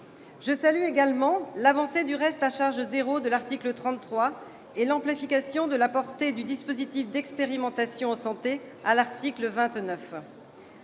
Je salue également l'avancée que constituent le reste à charge zéro prévu à l'article 33 et l'amplification de la portée du dispositif d'expérimentations en santé à l'article 29.